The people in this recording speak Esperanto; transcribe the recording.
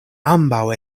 ambaŭ